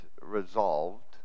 resolved